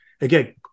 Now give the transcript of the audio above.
Again